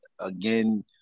again